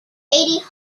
eighty